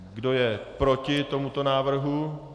Kdo je proti tomuto návrhu?